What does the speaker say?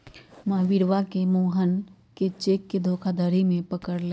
महावीरवा ने मोहन के चेक के धोखाधड़ी में पकड़ लय